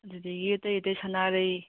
ꯑꯗꯨꯗꯒꯤ ꯑꯇꯩ ꯑꯇꯩ ꯁꯅꯥꯔꯩ